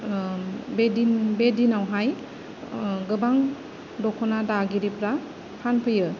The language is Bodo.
बे दिन बे दिनावहाय गोबां दख'ना दागिरिफोरा फानफैयो